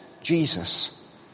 Jesus